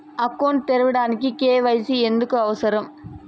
Account తెరవడానికి, KYC ఎందుకు అవసరం?